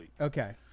Okay